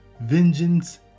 vengeance